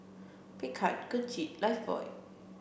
Picard Gucci and Lifebuoy